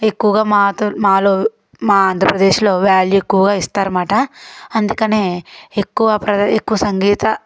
ఎక్కువగా మాతో మాలో మా ఆంధ్రప్రదేశ్లో వ్యాల్యూ ఎక్కువ ఇస్తారన్నమాట అందుకనే ఎక్కువ ప్రదర్ ఎక్కువ సంగీత